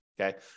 Okay